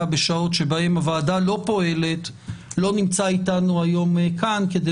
בשעות שבהן הוועדה לא פועלת לא נמצא אתנו היום כאן כדי